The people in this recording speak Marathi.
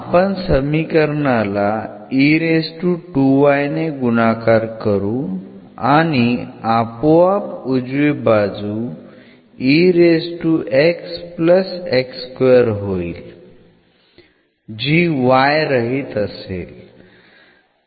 आपण समीकरणाला ने गुणाकार करू आणि आपोआप उजवी बाजू होईल जी y रहित असेल